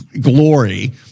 glory